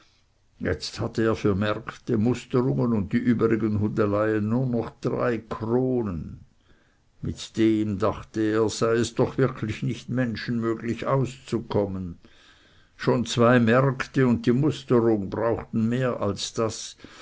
jetzt hatte er für märkte musterungen und die übrigen hudeleien nur noch drei kronen mit dem dachte er sei es doch wirklich nicht menschenmöglich auszukommen schon zwei märte und die musterung brauchten mehr als das